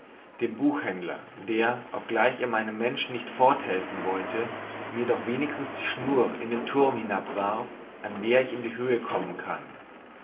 dem buchhändler der ob er gleich meinem menschen nicht forthelfen wollte mir doch wenigstens die schnur in den thurm hinabwarf an der ich in die höhe kommen kann